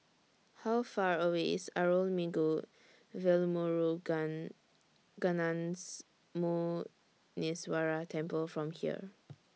How Far away IS Arulmigu Velmurugan Gnanamuneeswarar Temple from here